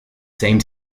same